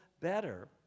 better